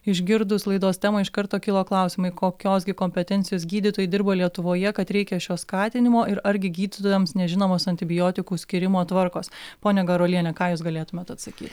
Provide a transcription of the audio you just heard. išgirdus laidos temą iš karto kilo klausimai kokios gi kompetencijos gydytojai dirba lietuvoje kad reikia šio skatinimo ir argi gydytojams nežinomos antibiotikų skyrimo tvarkos ponia garuoliene ką jūs galėtumėt atsakyt